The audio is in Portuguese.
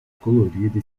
colorida